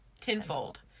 tenfold